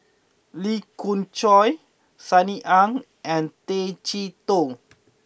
Lee Khoon Choy Sunny Ang and Tay Chee Toh